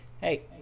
hey